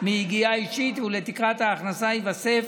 מיגיעה אישית, לתקרת ההכנסה ייווסף